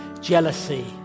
jealousy